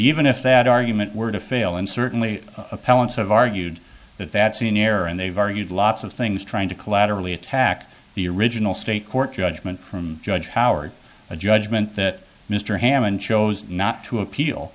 even if that argument were to fail and certainly appellants have argued that that's in error and they've argued lots of things trying to collaterally attack the original state court judgement from judge howard a judgment that mr hammond chose not to appeal